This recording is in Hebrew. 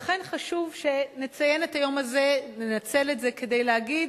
לכן חשוב שנציין את היום הזה וננצל את זה כדי להגיד